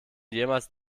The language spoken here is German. jemals